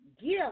gift